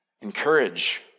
Encourage